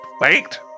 wait